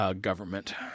government